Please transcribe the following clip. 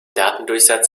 datendurchsatz